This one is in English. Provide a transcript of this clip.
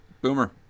Boomer